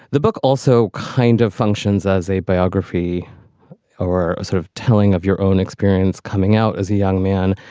the book also kind of functions as a biography or a sort of telling of your own experience coming out as a young man.